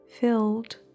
filled